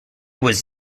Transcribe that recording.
was